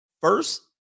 first